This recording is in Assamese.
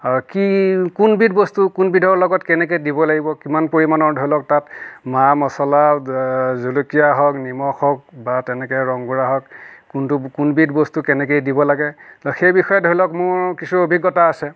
আৰু কি কোনবিধ বস্তু কোনবিধৰ লগত কেনেকৈ দিব লাগিব কিমান পৰিমাণৰ ধৰি লওক তাত মা মচলা জলকীয়া হওক নিমখ হওক বা তেনেকৈ ৰং গুৰা হওক কোনটো কোনবিধ বস্তু কেনেকৈ এই দিব লাগে সেই বিষয়ে ধৰি লওক মোৰ কিছু অভিজ্ঞতা আছে